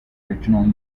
originally